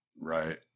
Right